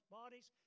bodies